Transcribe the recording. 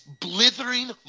blithering